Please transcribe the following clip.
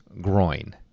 groin